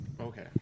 Okay